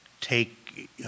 take